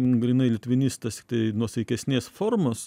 grynai litvinistas tik tai nuosaikesnės formos